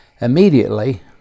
Immediately